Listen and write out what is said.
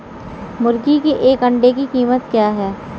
मुर्गी के एक अंडे की कीमत क्या है?